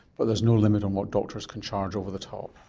but there is no limit on what doctors can charge over the top.